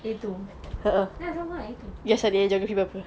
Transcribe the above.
gitu ah sama lah gitu